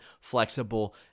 flexible